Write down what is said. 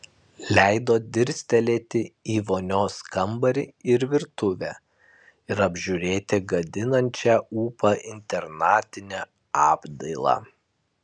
leido dirstelėti į vonios kambarį ir virtuvę ir apžiūrėti gadinančią ūpą internatinę apdailą